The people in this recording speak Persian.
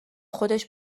خودش